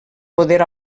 poder